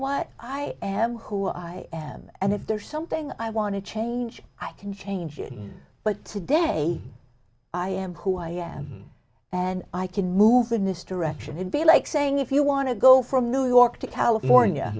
what i am who i am and if there's something i want to change i can change it but today i am who i am and i can move in this direction and be like saying if you want to go from new york to california